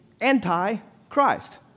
anti-Christ